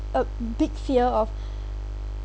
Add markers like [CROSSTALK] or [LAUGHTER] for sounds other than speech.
a big fear of [BREATH]